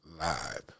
live